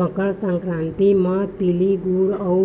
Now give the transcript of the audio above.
मकर संकरांति म तिली गुर अउ